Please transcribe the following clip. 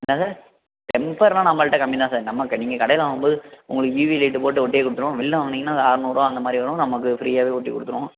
என்ன சார் டெம்பர்ன்னா நம்மள்கிட்ட கம்மி தான் சார் நம்ம க நீங்கள் கடையில் வாங்கும்போது உங்களுக்கு வீவீ லைட்டு போட்டு ஒட்டியே கொடுத்துருவோம் வெளில வாங்குனீங்கன்னா அது ஆற்நூறுரூவா அந்தமாதிரி வரும் நமக்கு ஃப்ரீயாகவே ஒட்டிக்கொடுத்துருவோம்